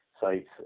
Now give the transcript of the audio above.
sites